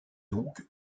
donc